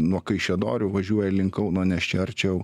nuo kaišiadorių važiuoja link kauno nes čia arčiau